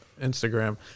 Instagram